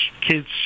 kids